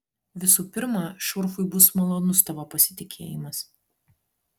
visų pirma šurfui bus malonus tavo pasitikėjimas